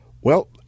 Well